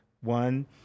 One